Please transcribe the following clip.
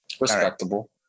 Respectable